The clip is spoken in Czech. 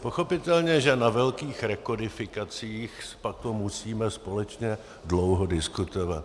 Pochopitelně že na velkých rekodifikacích potom musíme společně dlouho diskutovat.